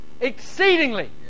Exceedingly